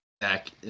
back